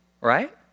right